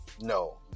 No